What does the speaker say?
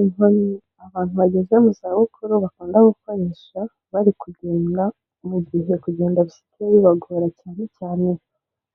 Inkoni abantu bageze mu zabukuru bakunda gukoresha bari kugenda mu gihe kugenda bisigaye bibagora cyane cyane